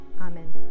Amen